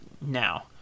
now